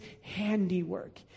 handiwork